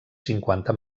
cinquanta